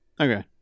okay